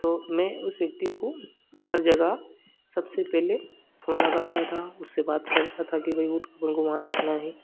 तो मैं उस व्यक्ति को हर जगह सबसे पहले फ़ोन लगाता था उससे बात करता था कि भई उठ अपन को वहाँ चलना है